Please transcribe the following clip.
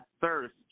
thirst